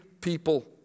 people